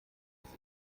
ist